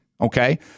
Okay